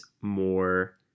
more